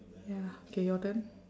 ya okay your turn